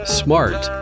smart